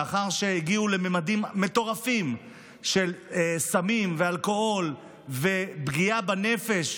לאחר שהגיעו שם לממדים מטורפים של סמים ואלכוהול ופגיעה בנפש